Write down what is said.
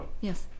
Yes